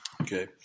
Okay